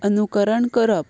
अनुकरण करप